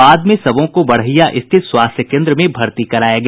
बाद में सबों को बड़हिया स्थित स्वास्थ्य केन्द्र में भर्ती कराया गया